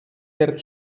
der